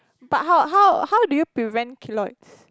but how how how do you prevent keloids